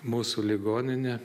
mūsų ligoninę